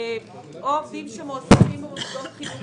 או עובדות שמועסקים במוסדות חינוך